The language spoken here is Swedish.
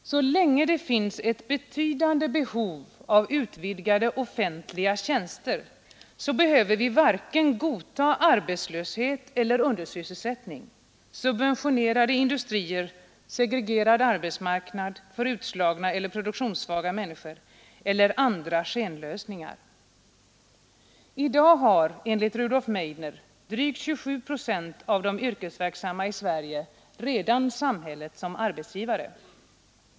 Så länge det finns ett betydande behov av utvidgade offentliga tjänster behöver vi varken godta arbetslöshet eller undersysselsättning, subventionerade industrier, segregerad arbetsmarknad för utslagna eller produktionssvaga människor eller andra skenlösningar. I dag har, enligt Rudolf Meidner, drygt 27 procent av de yrkesverksamma i Sverige redan samhället som arbetsgivare.